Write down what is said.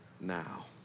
now